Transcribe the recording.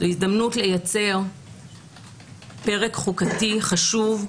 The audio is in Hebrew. זו הזדמנות לייצר פרק חוקתי חשוב,